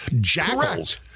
jackals